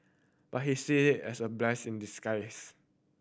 but he see it as a blessing in disguise